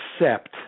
accept